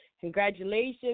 Congratulations